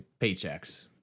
paychecks